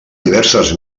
diverses